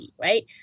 right